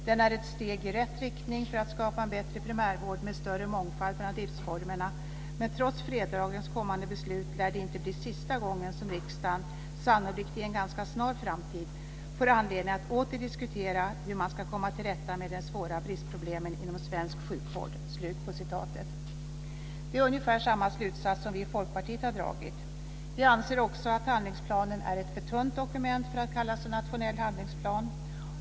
Den är ett steg i rätt riktning för att skapa en bättre primärvård med större mångfald bland driftsformerna, men trots fredagens kommande beslut lär det inte bli sista gången som riksdagen - sannolikt i en ganska snar framtid - får anledning att åter diskutera hur man skall komma till rätta med de svåra bristproblemen inom svensk sjukvård." Det är ungefär samma slutsats som vi i Folkpartiet har dragit. Vi anser också att handlingsplanen är ett för tunt dokument för att kallas en nationell handlingsplan.